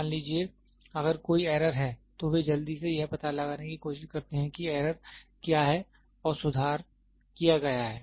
मान लीजिए अगर कोई एरर है तो वे जल्दी से यह पता लगाने की कोशिश करते हैं कि एरर क्या है और सुधार किया गया है